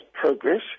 progress